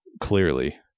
Clearly